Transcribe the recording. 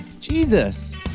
Jesus